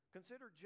Consider